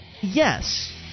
Yes